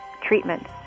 treatment